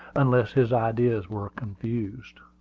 unless his ideas were confused.